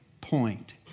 point